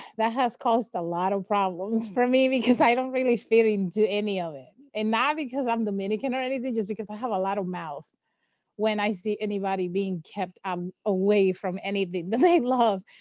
that has caused a lot of problems for me, because i don't really fit into any of it. and not because i'm dominican or anything, just because i have a lot of mouth when i see anybody being kept um away from anything that they love,